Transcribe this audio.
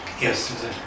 Yes